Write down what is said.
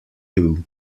two